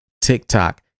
TikTok